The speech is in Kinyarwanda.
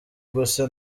gusa